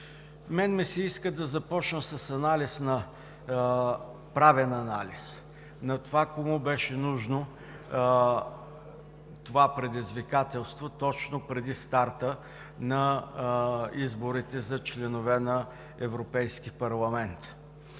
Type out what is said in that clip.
мен ми се иска да започна с правен анализ на това: кому беше нужно това предизвикателство точно преди старта на изборите за членове на Европейски парламент?